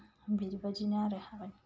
बिबायदिनो आरो हाबाया